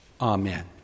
Amen